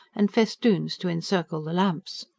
and festoons to encircle the lamps.